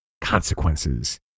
consequences